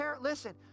Listen